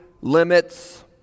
limits